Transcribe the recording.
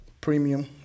premium